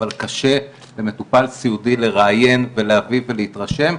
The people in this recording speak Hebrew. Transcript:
אבל קשה למטופל סיעודי לראיין ולהביא ולהתרשם.